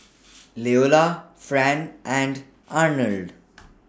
Leola Fran and Arnold